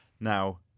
Now